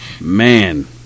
Man